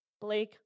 Blake